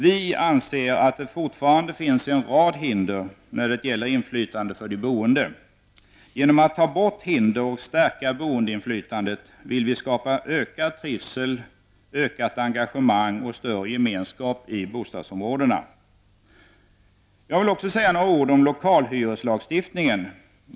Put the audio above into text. Vi anser att det fortfarande finns en rad hinder när det gäller inflytandet för det boende. Genom att ta bort hinder och stärka boendeinflytandet vill vi skapa ökad trivsel, ökat engagemang och större gemenskap i bostadsområdena. Jag vill också säga några ord om lokalhyreslagstiftningen.